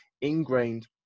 ingrained